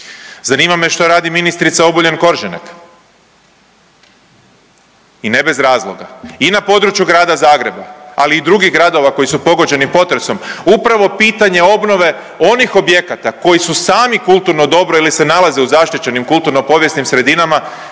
Zanima me što radi ministrica Obuljen Koržinek i ne bez razloga i na području grada Zagreba, ali i drugih gradova koji su pogođeni potresom upravo pitanje obnove onih objekata koji su sami kulturno dobro ili se nalaze u zaštićenim kulturno-povijesnim sredinama